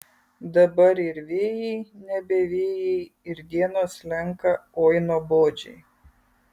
dabar ir vėjai nebe vėjai ir dienos slenka oi nuobodžiai